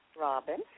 Robin